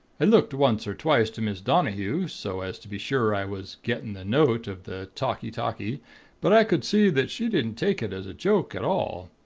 i looked once or twice to miss donnehue, so as to be sure i was getting the note of the talkee-talkee but i could see that she didn't take it as a joke, at all.